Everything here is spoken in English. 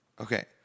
okay